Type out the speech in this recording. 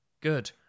Good